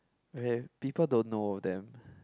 where people don't know them